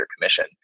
commission